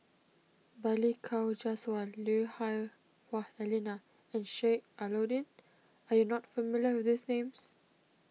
Balli Kaur Jaswal Lui Hah Wah Elena and Sheik Alau'ddin are you not familiar with these names